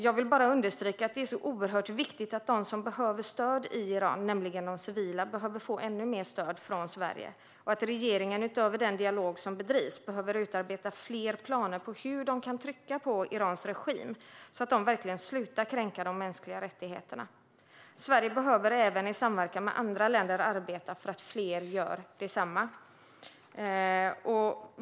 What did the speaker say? Jag vill understryka att det är oerhört viktigt att de som behöver stöd i Iran, nämligen de civila, får ännu mer stöd av Sverige och att regeringen, utöver den dialog som förs, behöver utarbeta fler planer för hur man kan trycka på Irans regim så att de slutar kränka de mänskliga rättigheterna. Sverige behöver även i samverkan med andra länder arbeta för att fler gör detsamma.